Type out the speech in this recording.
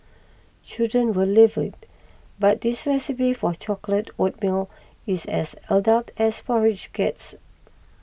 children will love it but this recipe for chocolate oatmeal is as adult as porridge gets